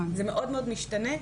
זה מאוד מאוד משתנה.